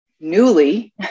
newly